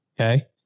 Okay